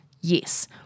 Yes